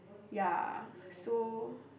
ya so